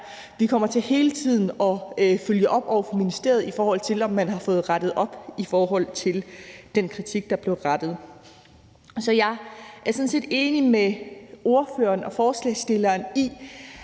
Vi kommer til hele tiden at følge op over for ministeriet, i forhold til om man har fået rettet op i forhold til den kritik, der blev rettet mod det. Så jeg er sådan set enig med forslagsstilleren i,